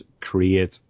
create